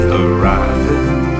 arriving